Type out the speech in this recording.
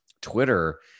Twitter